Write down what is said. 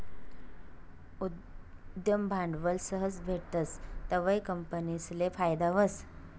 उद्यम भांडवल सहज भेटस तवंय कंपनीसले फायदा व्हस